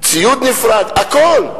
ציוד נפרד, הכול.